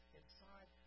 inside